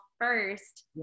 first